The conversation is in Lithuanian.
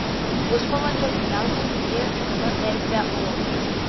po pusvalandžio keliautojai įėjo į gana erdvią olą